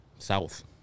South